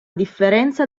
differenza